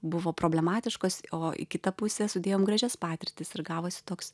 buvo problematiškos o į kitą pusę sudėjom gražias patirtis ir gavosi toks